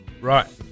Right